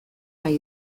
nahi